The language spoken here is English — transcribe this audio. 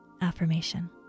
affirmation